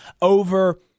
over